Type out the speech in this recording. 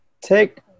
take